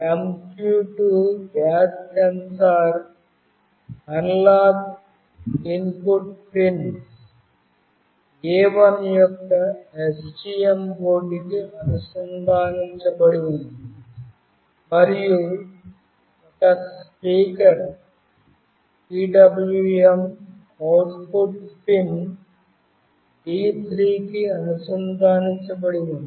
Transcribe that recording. MQ2 gas sensor analog input pin A1యొక్క STM board కి అనుసంధానించబడి ఉంది మరియు ఒక speaker PWM output pin D3 కి అనుసంధానించబడి ఉంది